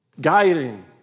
guiding